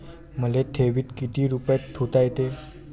मले ठेवीत किती रुपये ठुता येते?